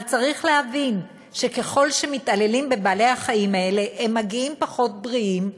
אבל צריך להבין שככל שמתעללים בבעלי-החיים האלה הם מגיעים פחות בריאים,